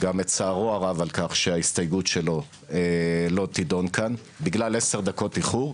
גם את צערו הרב על כך שההסתייגות שלו לא תידון כאן בגלל 10 דקות איחור.